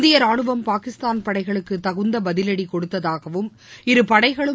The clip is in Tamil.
இந்திய ராணுவம் பாகிஸ்தான் பளடகளுக்கு தகுந்த பதிலடி கொடுத்ததாகவும் இரு படைகளும்